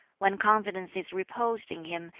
when confidence is reposed in him,